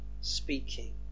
speaking